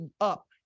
up